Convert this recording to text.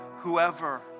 whoever